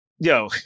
yo